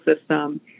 system